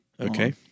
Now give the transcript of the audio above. Okay